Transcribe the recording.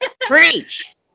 Preach